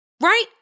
Right